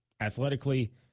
athletically